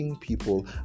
people